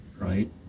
Right